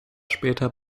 später